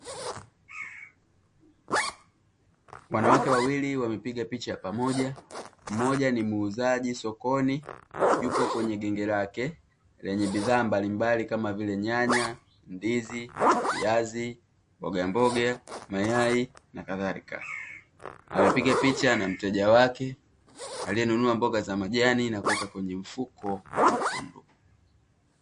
Wanawake wawili wamepiga picha ya pamoja, mmoja ni muuzaji sokoni yupo kwenye genge lake lenye bidhaa mbalimbali kama vile: nyanya, ndizi, viazi, mbogamboga, mayai na kadhalika; anapiga picha na mteja wake aliyenunua mboga za majani na kuweka kwenye mfuko mwekundu.